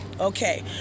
Okay